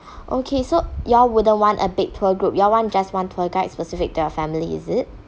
okay so you all wouldn't want a big tour group you all want just one tour guide specific to your family is it